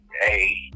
hey